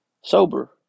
Sober